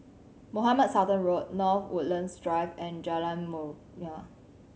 Mohamed Sultan Road North Woodlands Drive and Jalan Mulia